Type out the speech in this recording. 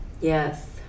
Yes